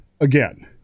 again